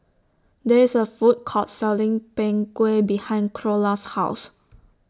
There IS A Food Court Selling Png Kueh behind Creola's House